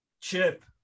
Chip